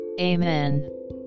Amen